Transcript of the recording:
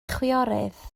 chwiorydd